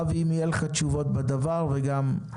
אבי, אם יהיו לך תשובות בדבר נשמע.